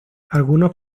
algunos